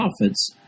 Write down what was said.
prophets